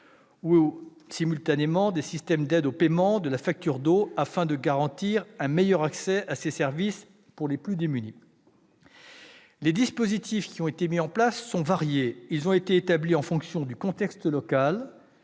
l'assainissement et des systèmes d'aide au paiement de la facture d'eau, afin de garantir un meilleur accès à ces services pour les plus démunis. Les dispositifs qui ont été mis en place sont variés : ils ont été établis en fonction du contexte local,